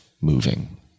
moving